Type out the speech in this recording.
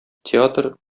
театр